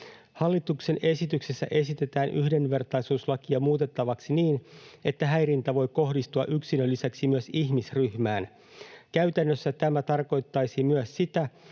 Hallituksen esityksessä esitetään yhdenvertaisuuslakia muutettavaksi niin, että häirintä voi kohdistua yksilön lisäksi myös ihmisryhmään. Käytännössä tämä tarkoittaisi myös sitä,